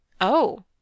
Oh